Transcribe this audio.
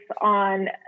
on